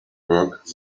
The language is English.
work